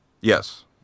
Yes